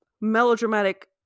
melodramatic